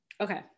okay